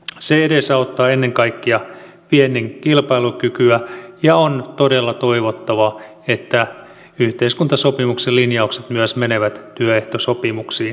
se edesauttaa ennen kaikkea viennin kilpailukykyä ja on todella toivottavaa että yhteiskuntasopimuksen linjaukset myös menevät työehtosopimuksiin sisään